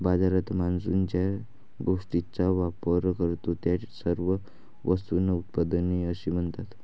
बाजारात माणूस ज्या गोष्टींचा वापर करतो, त्या सर्व वस्तूंना उत्पादने असे म्हणतात